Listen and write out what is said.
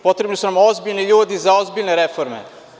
Potrebni su nam ozbiljni ljudi za ozbiljne reforme.